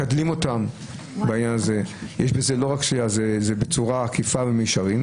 משדלים אותם בצורה עקיפה ובמישרין.